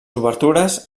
obertures